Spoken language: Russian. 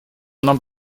нам